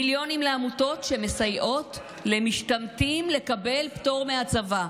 מיליונים לעמותות שמסייעות למשתמטים לקבל פטור מהצבא,